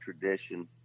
tradition